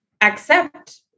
accept